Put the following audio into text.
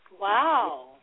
Wow